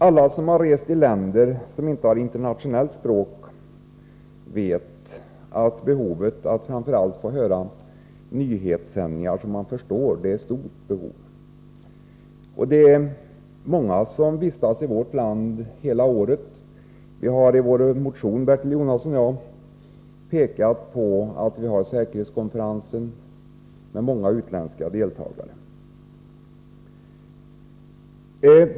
Alla som rest i länder som inte har internationellt språk vet att behovet av att få höra framför allt nyhetssändningar som man förstår är stort. Det är många utländska gäster som vistas i vårt land hela året. Bertil Jonasson och jag har i vår motion pekat på säkerhetskonferensen, som har många utländska deltagare.